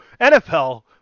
NFL